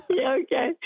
Okay